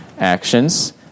actions